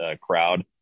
crowd